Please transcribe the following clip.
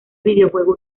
videojuego